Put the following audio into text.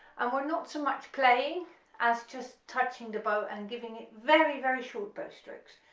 and we're not so much playing as just touching the bow and giving it very very short bow strokes.